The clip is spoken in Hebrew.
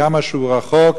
כמה שהוא רחוק,